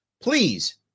Please